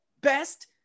best